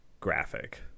graphic